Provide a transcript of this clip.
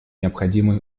необходимые